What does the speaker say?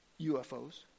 UFOs